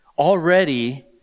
Already